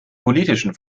politischen